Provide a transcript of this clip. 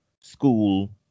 school